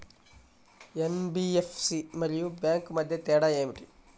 NBFC మరియు bank మధ్య తేడా ఏమిటి?